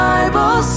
Bible